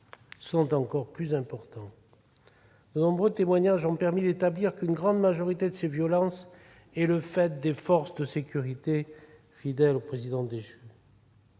est encore plus massif. De nombreux témoignages ont permis d'établir qu'une grande majorité de ces violences est le fait des forces de sécurité fidèles au président déchu.